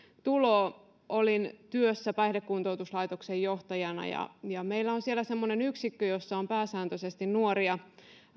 tuloa olin työssä päihdekuntoutuslaitoksen johtajana meillä on siellä semmoinen yksikkö jossa on pääsääntöisesti nuoria